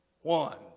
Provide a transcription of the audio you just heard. one